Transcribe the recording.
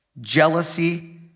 Jealousy